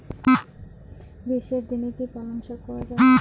গ্রীষ্মের দিনে কি পালন শাখ করা য়ায়?